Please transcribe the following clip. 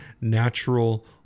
natural